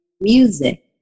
music